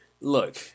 Look